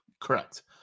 Correct